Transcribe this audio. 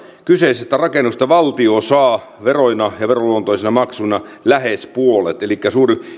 kyseisestä rakennuksesta valtio saa veroina ja veroluontoisina maksuina lähes puolet elikkä